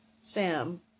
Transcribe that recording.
Sam